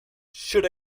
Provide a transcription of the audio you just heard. should